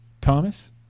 Thomas